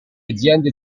aziende